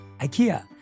IKEA